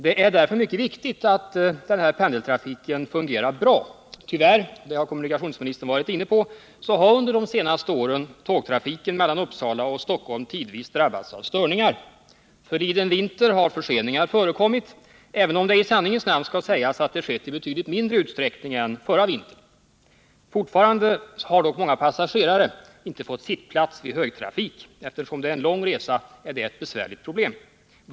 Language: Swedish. Det är därför mycket viktigt att denna pendeltrafik fungerar bra. Tyvärr — och det har kommunikationsministern varit inne på — har under de senaste åren tågtrafiken mellan Uppsala och Stockholm tidvis drabbats av störningar. Förliden vinter har förseningar förekommit, även om det i sanningens namn skall sägas att det skett i betydligt mindre utsträckning än förra vintern. Fortfarande har dock många passagerare inte fått sittplats vid högtrafik. Eftersom det är en lång resa blir detta ett besvärligt problem.